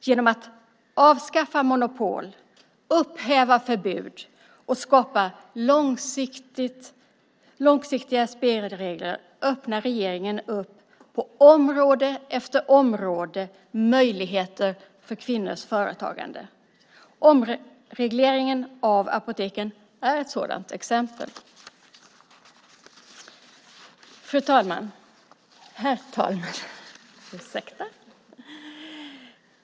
Genom att avskaffa monopol, upphäva förbud och skapa långsiktiga spelregler öppnar regeringen på område efter område möjligheter för kvinnors företagande. Omregleringen av apoteksmarknaden är ett sådant exempel. Herr talman!